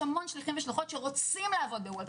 שיש המון שליחים ושליחות שרוצים לעבוד בוולט,